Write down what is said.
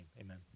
Amen